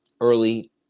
early